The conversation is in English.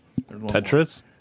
Tetris